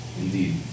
indeed